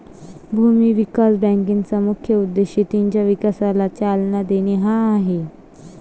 भूमी विकास बँकेचा मुख्य उद्देश शेतीच्या विकासाला चालना देणे हा आहे